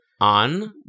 On